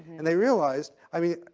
and they realized, i mean,